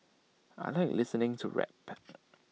I Like listening to rap